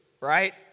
right